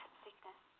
sickness